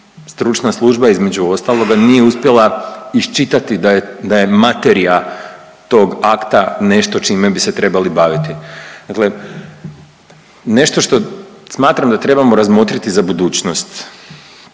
stručna služba između ostaloga nije uspjela iščitati da je, da je materija tog akta nešto čime bi se trebali baviti. Dakle, nešto što smatram da trebamo razmotriti za budućnost